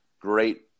great